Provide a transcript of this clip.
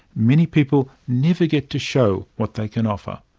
many people never get to show what they can offer.